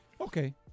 Okay